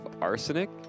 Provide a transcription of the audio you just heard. arsenic